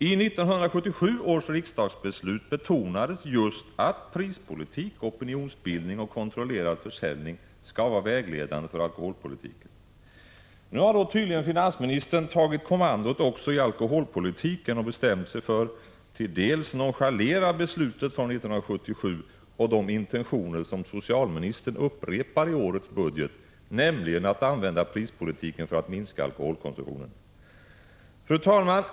I 1977 års riksdagsbeslut betonades just att prispolitik, opinionsbildning och kontrollerad försäljning skall vara vägledande för alkoholpolitiken. Nu har dock finansministern tydligen tagit kommandot i alkoholpolitiken och bestämt sig för att till dels nonchalera beslutet från 1977 och även de intentioner som socialministern upprepar i årets budget, nämligen att använda prispolitiken för att minska alkoholkonsumtionen. Fru talman!